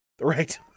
Right